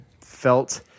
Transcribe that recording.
felt